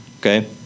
Okay